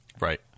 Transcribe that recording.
Right